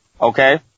Okay